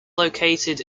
located